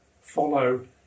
Follow